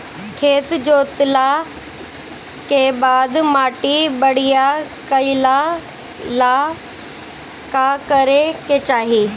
खेत जोतला के बाद माटी बढ़िया कइला ला का करे के चाही?